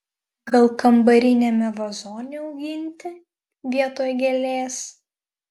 gal kambariniame vazone auginti vietoj gėlės